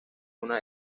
una